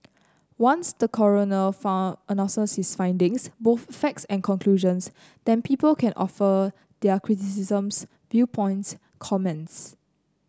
once the coroner far announces his findings both facts and conclusions then people can offer their criticisms viewpoints comments